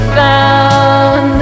found